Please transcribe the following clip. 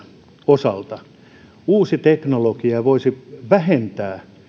osalta että uusi teknologia voisi vähentää